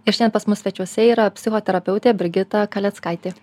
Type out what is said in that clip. ir šiandien pas mus svečiuose yra psichoterapeutė brigita kaleckaitė